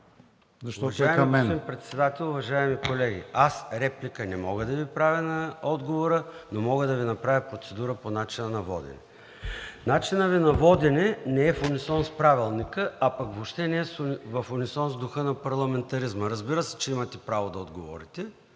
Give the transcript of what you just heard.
защото е към мен.